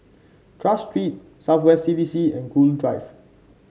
Tras Street South West C D C and Gul Drive